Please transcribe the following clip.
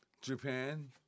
Japan